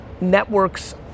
networks